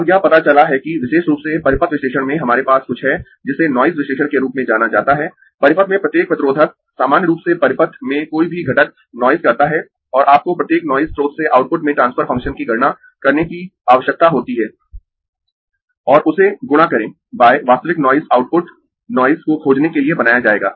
अब यह पता चला है कि विशेष रूप से परिपथ विश्लेषण में हमारे पास कुछ है जिसे नॉइज विश्लेषण के रूप में जाना जाता है परिपथ में प्रत्येक प्रतिरोधक सामान्य रूप से परिपथ में कोई भी घटक नॉइज करता है और आपको प्रत्येक नॉइज स्रोत से आउटपुट में ट्रांसफर फंक्शन की गणना करने की आवश्यकता होती है और उसे गुणा करें वास्तविक नॉइज आउटपुट नॉइज को खोजने के लिए बनाया जाएगा